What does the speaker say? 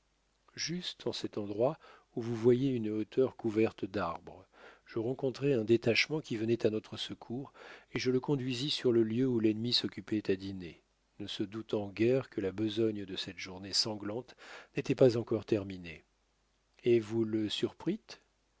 juste en cet endroit où vous voyez une hauteur couverte d'arbres je rencontrai un détachement qui venait à notre secours et je le conduisis sur le lieu où l'ennemi s'occupait à dîner ne se doutant guère que la besogne de cette journée sanglante n'était pas encore terminée et vous le surprîtes